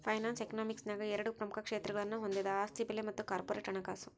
finance economics ನ್ಯಾಗ ಎರಡ ಪ್ರಮುಖ ಕ್ಷೇತ್ರಗಳನ್ನ ಹೊಂದೆದ ಆಸ್ತಿ ಬೆಲೆ ಮತ್ತ ಕಾರ್ಪೊರೇಟ್ ಹಣಕಾಸು